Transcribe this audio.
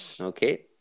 Okay